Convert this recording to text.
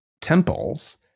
temples